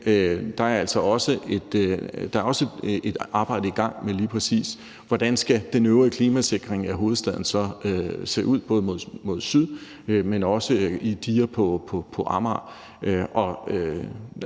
der er også et arbejde i gang med lige præcis at se på, hvordan den øvrige klimasikring af hovedstaden skal se ud, både mod syd, men også ved diger på Amager.